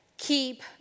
keep